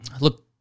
look